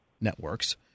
networks